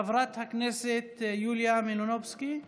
חברת הכנסת יוליה מלינובסקי נמצאת?